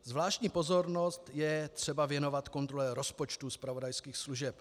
Zvláštní pozornost je třeba věnovat kontrole rozpočtů zpravodajských služeb.